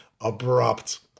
abrupt